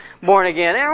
born-again